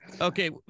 okay